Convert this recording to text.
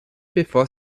bevor